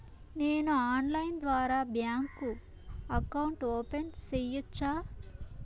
నేను ఆన్లైన్ ద్వారా bank account open సేయొచ్చా?